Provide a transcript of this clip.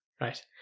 Right